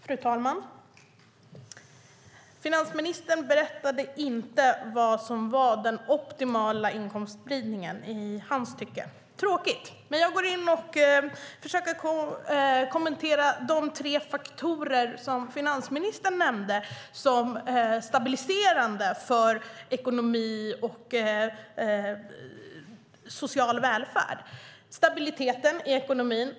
Fru talman! Finansministern berättade inte vad som var den optimala inkomstspridningen i hans tycke. Det är tråkigt, men jag går in och försöker kommentera de tre faktorer som finansministern nämnde som stabiliserande för ekonomi och social välfärd. Det är stabiliteten i ekonomin.